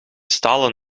stalen